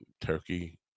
turkey